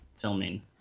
filming